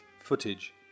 footage